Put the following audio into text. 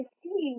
see